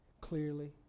clearly